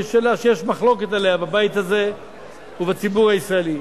שהיא שאלה שיש מחלוקת עליה בבית הזה ובציבור הישראלי,